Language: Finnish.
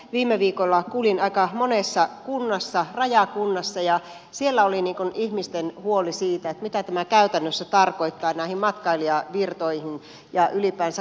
viime viikolla kuljin aika monessa rajakunnassa ja siellä oli ihmisten huoli siitä mitä tämä käytännössä tarkoittaa näille matkailijavirroille ja ylipäänsä kaupalle